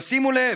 תשימו לב,